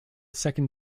second